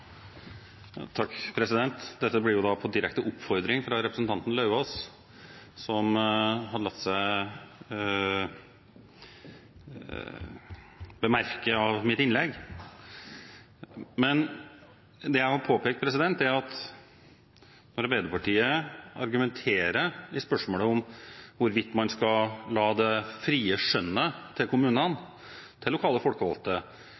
Dette blir på direkte oppfordring fra representanten Løvaas, som har bemerket mitt innlegg. Det jeg har påpekt, er Arbeiderpartiets argumentasjon i spørsmålet om hvor vidt man skal la det frie skjønnet til